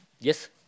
Yes